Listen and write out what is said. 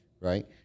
right